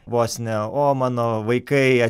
vos ne o mano vaikai